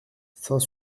saint